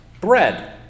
bread